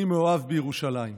אני מאוהב בירושלים.